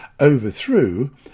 overthrew